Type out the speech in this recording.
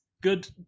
Good